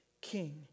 king